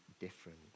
different